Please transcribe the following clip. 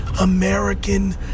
American